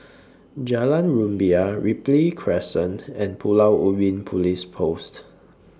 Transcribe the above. Jalan Rumbia Ripley Crescent and Pulau Ubin Police Post